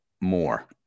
more